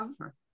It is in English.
over